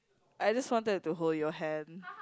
I just wanted to hold your hand